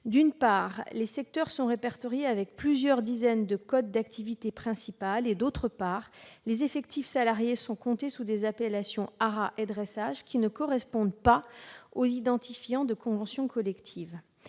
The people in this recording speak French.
D'une part, les secteurs sont répertoriés avec plusieurs dizaines de codes d'activité principale, d'autre part, les effectifs salariés sont comptés sous des appellations « haras » et « dressage » ne correspondant pas aux identifiants de convention collective.